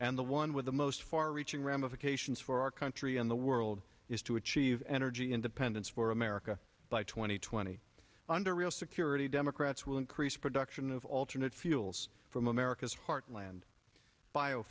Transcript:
and the one with the most far reaching ramifications for our country in the world is to achieve energy independence for america by two thousand and twenty under real security democrats will increase production of alternate fuels from america's heartland bio